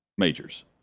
majors